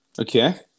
Okay